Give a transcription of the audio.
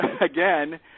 again